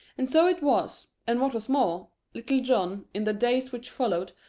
and so it was, and what was more, little john, in the days which followed,